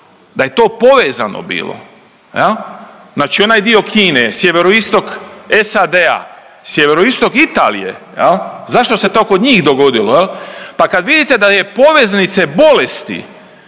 da je to povezano bilo. Znači onaj dio Kine sjeveroistok SAD-a, sjeveroistok Italije, zašto se to kod njih dogodilo, pa kad vidite da je poveznice bolesti